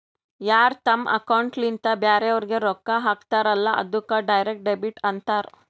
ಯಾರ್ ತಮ್ ಅಕೌಂಟ್ಲಿಂತ್ ಬ್ಯಾರೆವ್ರಿಗ್ ರೊಕ್ಕಾ ಹಾಕ್ತಾರಲ್ಲ ಅದ್ದುಕ್ ಡೈರೆಕ್ಟ್ ಡೆಬಿಟ್ ಅಂತಾರ್